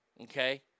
okay